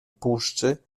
puszczy